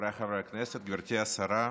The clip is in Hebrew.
חבריי חברי הכנסת, גברתי השרה,